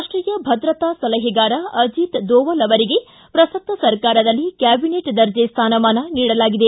ರಾಷ್ಟೀಯ ಭದ್ರತಾ ಸಲಹೆಗಾರ ಅಜಿತ್ ದೋವಲ್ ಅವರಿಗೆ ಪ್ರಸಕ್ತ ಸರ್ಕಾರದಲ್ಲಿ ಕ್ವಾಬಿನೆಟ್ ದರ್ಜೆ ಸ್ಟಾನಮಾನ ನೀಡಲಾಗಿದೆ